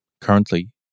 Currently